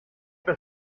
rue